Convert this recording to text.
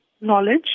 knowledge